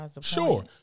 Sure